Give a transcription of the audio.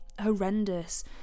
horrendous